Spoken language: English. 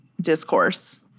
discourse